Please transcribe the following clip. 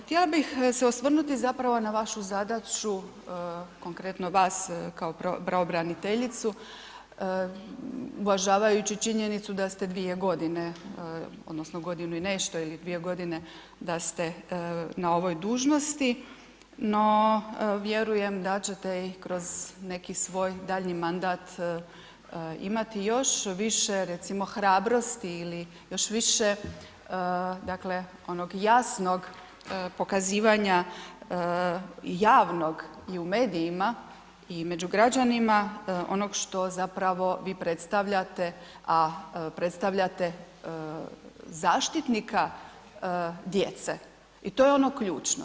Htjela bih se osvrnuti zapravo na vašu zadaću, konkretno vas kao pravobraniteljicu uvažavajući činjenicu da ste 2.g. odnosno godinu i nešto ili 2.g. da ste na ovoj dužnosti, no vjerujem da ćete i kroz neki svoj daljnji mandat imati još više recimo hrabrosti ili još više, dakle, onog jasnog pokazivanja javnog i u medijima i među građanima, onog što zapravo vi predstavljate, a predstavljate zaštitnika djece i to je ono ključno.